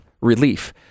relief